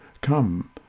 come